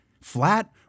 flat